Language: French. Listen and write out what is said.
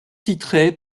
titrée